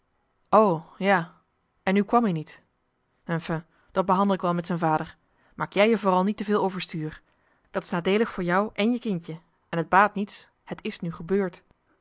ja en nu kwam ie niet enfin dat behandel ik wel met z'en vader maak jij je vooral niet te veel overstuur dat is nadeelig voor jou en je kindje en t baat niets het is nu gebeurd